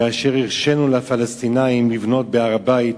כאשר הרשינו לפלסטינים לבנות בהר-הבית,